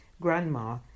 Grandma